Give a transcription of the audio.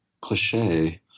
cliche